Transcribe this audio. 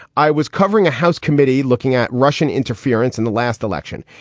i was covering a house committee looking at russian interference in the last election,